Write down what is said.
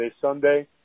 Sunday